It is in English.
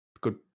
Good